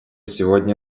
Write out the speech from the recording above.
сегодня